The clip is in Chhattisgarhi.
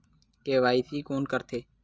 के.वाई.सी कोन करथे?